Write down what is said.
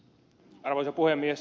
arvoisa puhemies